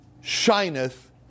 shineth